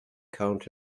count